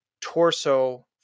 torso